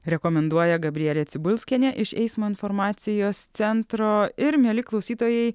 rekomenduoja gabrielė cibulskienė iš eismo informacijos centro ir mieli klausytojai